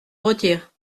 retire